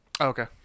Okay